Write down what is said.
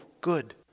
good